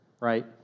right